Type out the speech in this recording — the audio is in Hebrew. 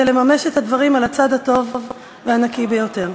לממש את הדברים על הצד הטוב והנקי ביותר.